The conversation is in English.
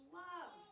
love